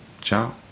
Ciao